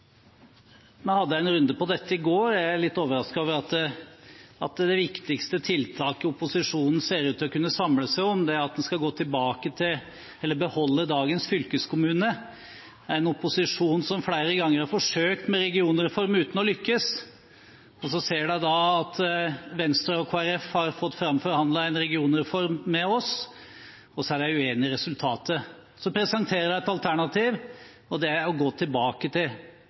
hadde en runde på dette i går. Jeg er litt overrasket over at det viktigste tiltaket opposisjonen ser ut til å kunne samle seg om, er at en skal beholde dagens fylkeskommune – en opposisjon som flere ganger har forsøkt med regionreform uten å lykkes. De ser at Venstre og Kristelig Folkeparti har fått framforhandlet en regionreform med oss, og de er uenige i resultatet. Så presenterer de et alternativ, og det er å gå tilbake til,